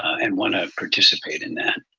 and want to participate in that.